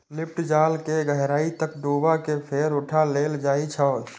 lift जाल कें गहराइ तक डुबा कें फेर उठा लेल जाइ छै